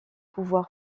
pouvoir